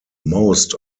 most